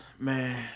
Man